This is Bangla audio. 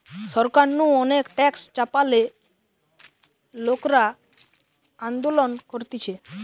সরকার নু অনেক ট্যাক্স চাপালে লোকরা আন্দোলন করতিছে